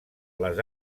les